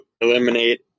eliminate